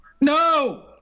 No